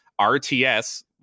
RTS